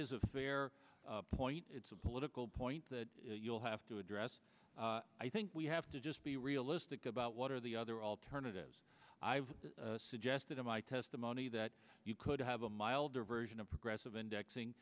is a fair point it's a political point that you'll have to address i think we have to just be realistic about what are the other alternatives i've suggested in my testimony that you could have a milder version of progressive indexing